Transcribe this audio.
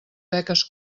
beques